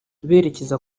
berekeza